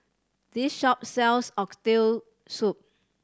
this shop sells Oxtail Soup